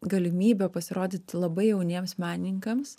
galimybę pasirodyti labai jauniems menininkams